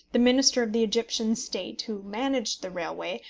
the minister of the egyptian state, who managed the railway,